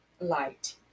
light